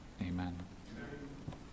Amen